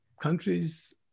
countries